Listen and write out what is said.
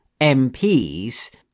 MPs